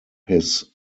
his